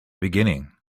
beginning